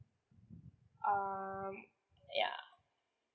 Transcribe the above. um yeah